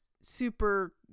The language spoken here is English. super